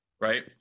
right